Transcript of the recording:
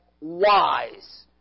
wise